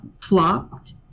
flopped